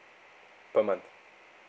per month